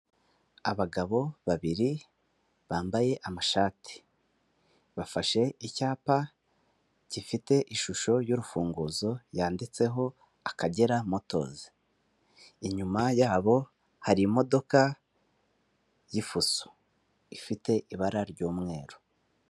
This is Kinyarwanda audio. Abagabo babiri bambaye amashati, bafashe icyapa gifite ishusho y'urufunguzo yanditseho Akagera motozi, inyuma yabo hari imodoka y'ifuso ifite ibara ry'umweru.